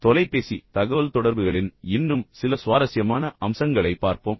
இப்போது தொலைபேசி தகவல்தொடர்புகளின் இன்னும் சில சுவாரஸ்யமான அம்சங்களைப் பார்ப்போம்